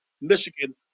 Michigan